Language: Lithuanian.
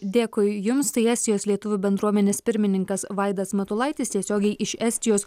dėkui jums tai estijos lietuvių bendruomenės pirmininkas vaidas matulaitis tiesiogiai iš estijos